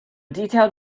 detailed